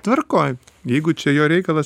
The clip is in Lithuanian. tvarkoj jeigu čia jo reikalas